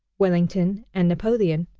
wellington, and napoleon.